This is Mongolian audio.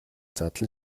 задлан